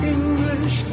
English